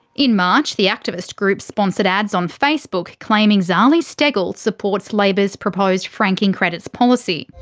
in march, the activist group sponsored ads on facebook claiming zali steggall supports labor's proposed franking credits policy.